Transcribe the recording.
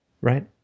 Right